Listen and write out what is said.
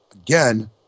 again